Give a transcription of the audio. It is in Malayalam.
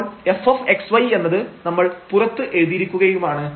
അപ്പോൾ fxy എന്നത് നമ്മൾ പുറത്ത് എഴുതിയിരിക്കുകയാണ്